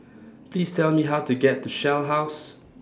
Please Tell Me How to get to Shell House